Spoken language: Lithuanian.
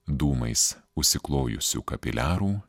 dūmais užsiklojusių kapiliarų